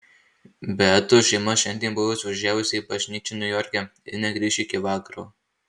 beatos šeima šiandien buvo išvažiavusi į bažnyčią niujorke ir negrįš iki vakaro